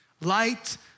light